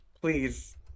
please